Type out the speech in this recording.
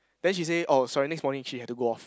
then she say oh sorry next morning she had to go off